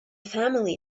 family